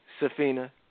Safina